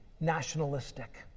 nationalistic